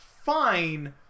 fine